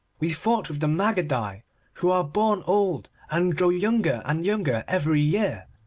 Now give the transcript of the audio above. we fought with the magadae who are born old, and grow younger and younger every year,